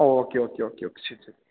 okay okay okay okay ശരി ശരി